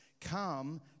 come